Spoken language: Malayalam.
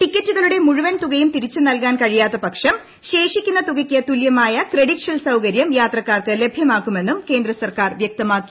ടിക്കറ്റുകളുടെ മുഴുവൻ തുകയും തിരിച്ചു നൽകീൻ കഴിയാത്ത പക്ഷം ശേഷിക്കുന്ന തുകയ്ക്ക് തുല്യമായ ക്രെ്ഡിറ്റ് ഷെൽ സൌകര്യം യാത്രക്കാർക്ക് ലഭ്യമാക്കുമെന്നും കേന്ദ്രസർക്കാർ വ്യക്തമാക്കി